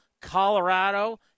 Colorado